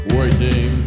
waiting